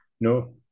No